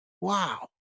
Wow